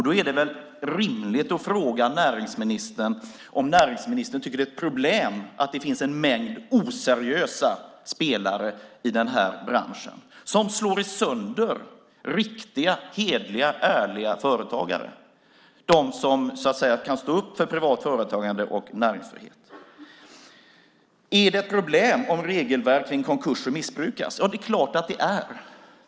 Då är det väl rimligt att fråga näringsministern om hon tycker att det är ett problem att det finns en mängd oseriösa spelare i den här branschen som slår sönder riktiga, hederliga, ärliga företagare, de som så att säga kan stå upp för privat företagande och näringsfrihet. Är det ett problem om regelverk om konkurser missbrukas? Ja, det är det klart att det är.